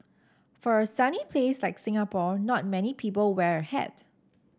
for a sunny place like Singapore not many people wear a hat